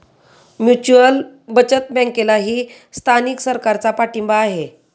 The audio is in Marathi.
म्युच्युअल बचत बँकेलाही स्थानिक सरकारचा पाठिंबा आहे